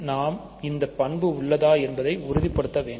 நாம் இந்தப் பண்பு உள்ளதா என்பதை உறுதிப்படுத்த வேண்டும்